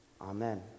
Amen